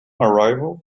arrival